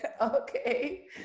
Okay